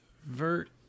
Vert